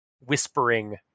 whispering